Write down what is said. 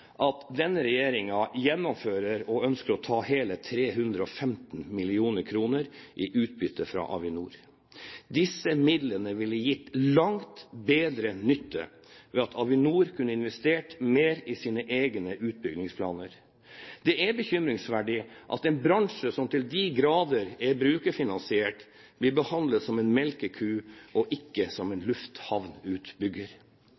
at denne regjeringen ønsker å ta hele 315 mill. kr i utbytte fra Avinor. Disse midlene ville ha gjort langt bedre nytte ved at Avinor kunne ha investert mer i sine egne utbyggingsplaner. Det er bekymringsfullt at en bransje som til de grader er brukerfinansiert, blir behandlet som en melkeku og ikke som